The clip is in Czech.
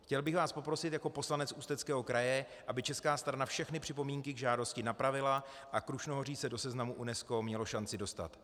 Chtěl bych vás poprosit jako poslanec Ústeckého kraje, aby česká strana všechny připomínky k žádosti napravila a Krušnohoří se do seznamu UNESCO mělo šanci dostat.